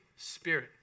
Spirit